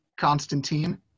Constantine